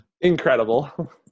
Incredible